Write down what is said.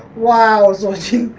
while so so